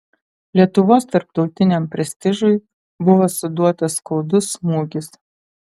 lietuvos tarptautiniam prestižui buvo suduotas skaudus smūgis